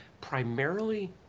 Primarily